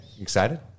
Excited